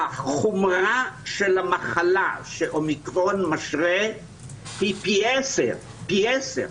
החומרה של המחלה שאומיקרון משרה היא פי עשרה פחות,